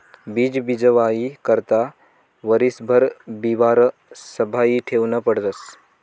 बीज बीजवाई करता वरीसभर बिवारं संभायी ठेवनं पडस